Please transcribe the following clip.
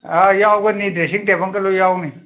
ꯑꯥ ꯌꯥꯎꯒꯅꯤ ꯗ꯭ꯔꯦꯁꯤꯡ ꯇꯦꯕꯟꯒ ꯂꯣꯏ ꯌꯥꯎꯅꯤ